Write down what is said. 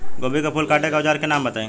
गोभी के फूल काटे के औज़ार के नाम बताई?